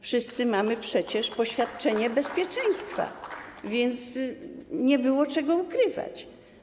Wszyscy mamy przecież poświadczenie bezpieczeństwa, więc nie było czego ukrywać.